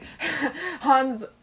Hans